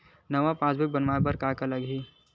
नवा पासबुक बनवाय बर का का लगही?